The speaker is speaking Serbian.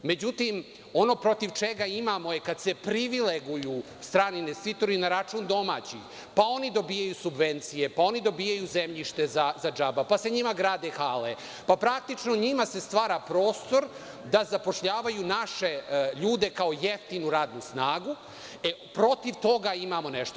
Međutim, ono protiv čega imamo je kada se privileguju strani investitori na račun domaćih, pa oni dobijaju subvencije, pa oni dobijaju zemljište za džaba, pa se njima grade hale, pa praktično njima se stvara prostor da zapošljavaju naše ljude kao jeftinu radnu snagu, e protiv toga imamo nešto.